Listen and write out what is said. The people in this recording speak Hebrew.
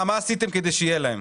מה עשיתם כדי שיהיה להם?